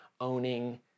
owning